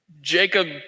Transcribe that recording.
Jacob